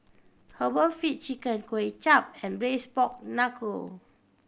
herbal feet chicken Kuay Chap and Braised Pork Knuckle